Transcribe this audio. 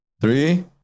Three